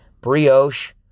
brioche